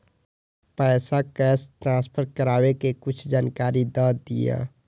पैसा cash transfer करऐ कि कुछ जानकारी द दिअ